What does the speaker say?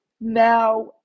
Now